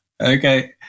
Okay